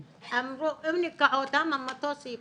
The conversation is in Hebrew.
אמרו: אם ניקח אותם המטוס ייפול.